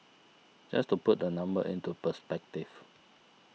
just to put the number into perspective